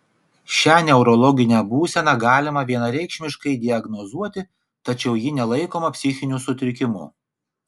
šią neurologinę būseną galima vienareikšmiškai diagnozuoti tačiau ji nelaikoma psichiniu sutrikimu